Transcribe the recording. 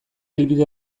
helbide